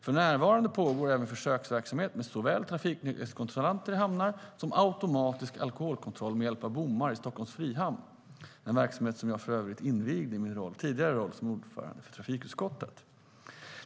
För närvarande pågår även försöksverksamhet med såväl trafiknykterhetskontrollanter i hamnar som automatisk alkoholkontroll med hjälp av bommar i Stockholms frihamn, en verksamhet som jag för övrigt invigde i min tidigare roll som ordförande i trafikutskottet.